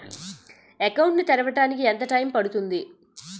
Account ను తెరవడానికి ఎంత టైమ్ పడుతుంది?